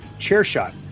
CHAIRSHOT